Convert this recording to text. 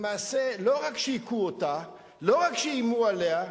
למעשה, לא רק שהכו אותה, לא רק שאיימו עליה,